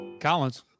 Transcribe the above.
Collins